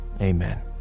Amen